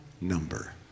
number